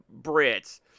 Brits